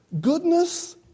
goodness